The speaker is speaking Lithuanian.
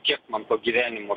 kiek man to gyvenimo